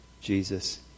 Jesus